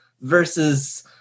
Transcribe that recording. versus